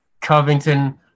Covington